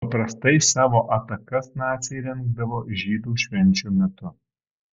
paprastai savo atakas naciai rengdavo žydų švenčių metu